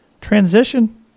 transition